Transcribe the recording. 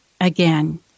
again